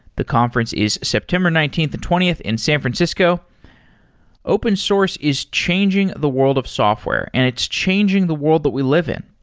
the conference is september nineteenth and twentieth in san francisco open source is changing the world of software software and it's changing the world that we live in.